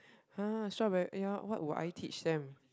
!huh! strawberry ya what will I teach them